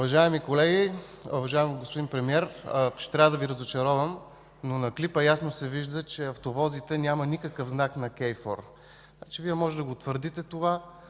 Уважаеми колеги! Уважаеми господин Премиер, ще трябва да Ви разочаровам, но на клипа ясно се вижда, че на автовозите няма никакъв знак на KFOR. Вие може да твърдите това,